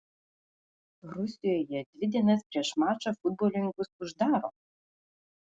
rusijoje dvi dienas prieš mačą futbolininkus uždaro